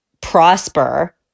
prosper